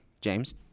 James